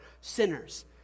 sinners